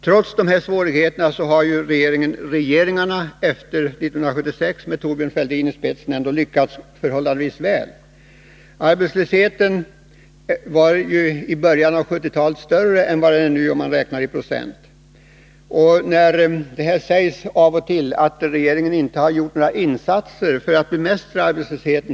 Trots dessa svårigheter har regeringarna efter 1976, med Thorbjörn Fälldin i spetsen, lyckats förhållandevis väl. Arbetslösheten var större i början av 1970-talet än vad den nu är, om man räknar i procent av de yrkesverksamma. Det sägs av och till att regeringen inte har gjort några insatser för att bemästra arbetslösheten.